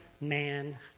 man